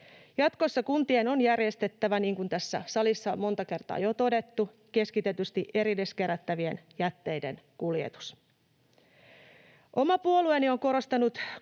Jatkossa kuntien on järjestettävä, niin kuin tässä salissa monta kertaa on jo todettu, keskitetysti erilliskerättävien jätteiden kuljetus. Oma puolueeni on korostanut koko